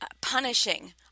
punishing